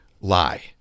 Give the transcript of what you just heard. Lie